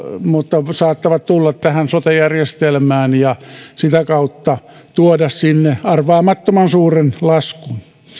mutta saattavat tulla tähän sote järjestelmään ja sitä kautta tuoda sinne arvaamattoman suuren laskun